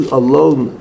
alone